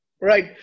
Right